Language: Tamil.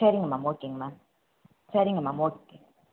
சரிங்க மேம் ஓகேங்க மேம் சரிங்க மேம் ஓகே